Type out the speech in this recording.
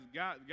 god